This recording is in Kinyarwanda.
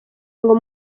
ngo